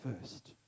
first